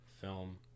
film